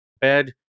Bed